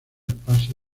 pase